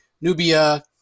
Nubia